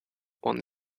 one